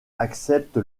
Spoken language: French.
accepte